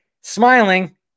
smiling